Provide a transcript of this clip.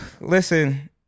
listen